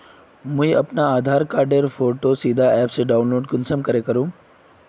मुई अपना आधार कार्ड खानेर फोटो सीधे ऐप से डाउनलोड कुंसम करे करूम?